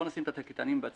בואו נשים את התקליטנים בצד.